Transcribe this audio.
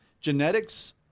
Genetics